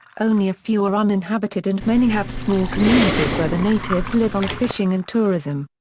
only a few are uninhabited and many have small communities where the natives live on fishing and tourism.